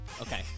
Okay